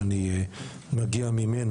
זה באמת נושא שאני מגיע ממנו.